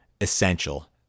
essential